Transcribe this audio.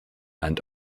and